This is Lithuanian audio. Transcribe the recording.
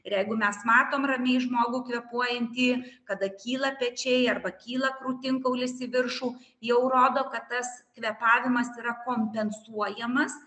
ir jeigu mes matom ramiai žmogų kvėpuojantį kada kyla pečiai arba kyla krūtinkaulis į viršų jau rodo kad tas kvėpavimas yra kompensuojamas